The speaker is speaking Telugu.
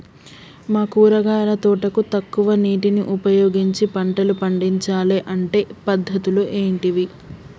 మా కూరగాయల తోటకు తక్కువ నీటిని ఉపయోగించి పంటలు పండించాలే అంటే పద్ధతులు ఏంటివి?